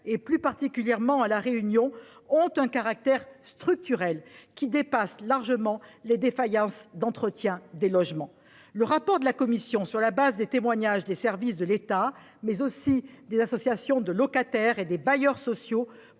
et plus particulièrement à La Réunion, ont un caractère structurel qui dépasse largement les défaillances d'entretien des logements. Le rapport de la commission, sur la base des témoignages des services de l'État, mais aussi des associations de locataires et des bailleurs sociaux,